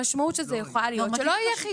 המשמעות של זה יכולה להיות שלא יהיה חידוש.